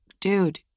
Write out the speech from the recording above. dude